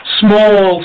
small